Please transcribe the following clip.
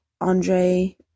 Andre